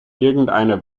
irgendeine